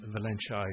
Valencia